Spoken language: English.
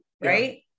right